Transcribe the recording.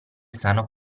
sano